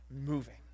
moving